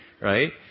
right